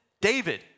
David